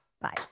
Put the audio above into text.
Bye